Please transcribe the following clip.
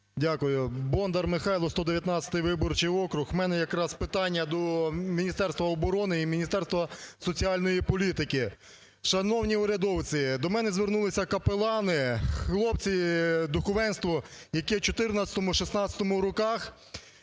Дякую. Бондар Михайло, 119 виборчий округ. У мене якраз питання до Міністерства оборони і міністерства соціальної політики. Шановні урядовці, до мене звернулися капелани, хлопці, духовенство, які в 2014-2016 роках